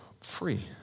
free